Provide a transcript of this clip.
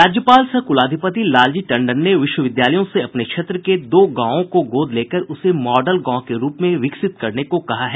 राज्यपाल सह कुलाधिपति लालजी टंडन ने विश्वविद्यालयों से अपने क्षेत्र के दो गांवों को गोद लेकर उसे मॉडल गांव के रूप में विकसित करने को कहा है